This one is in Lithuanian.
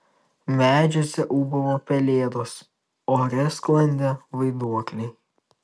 medžiuose ūbavo pelėdos ore sklandė vaiduokliai